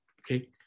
okay